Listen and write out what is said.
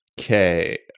Okay